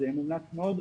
אז מומלץ מאוד.